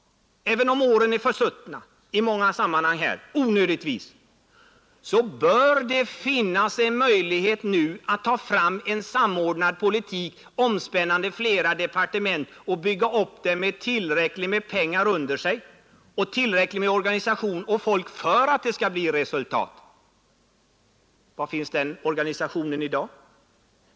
Även om åren onödigtvis är försuttna i många sammanhang bör det finnas en möjlighet att ta fram en samordnad politik, omspännande flera departement, och bygga upp den med tillräckligt ekonomiskt underlag, tillräcklig organisation och personal för att det skall kunna bli resultat. Var finns den organisationen i dag?